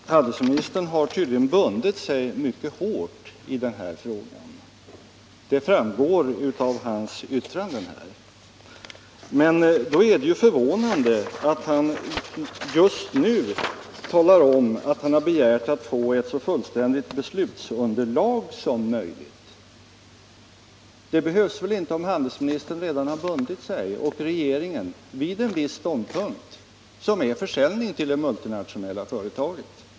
Herr talman! Handelsministern har tydligen bundit sig mycket hårt i den här frågan. Det framgår av hans yttrande här. Men därför är det förvånande att han just nu talar om att han har begärt att få ett så fullständigt beslutsunderlag som möjligt. Det behövs väl inte om handelsministern och regeringen i övrigt redan har bundit sig vid en viss ståndpunkt, som innebär försäljning till det multinationella företaget.